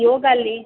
ಯೋಗಲ್ಲಿ